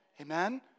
Amen